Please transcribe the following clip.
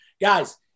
guys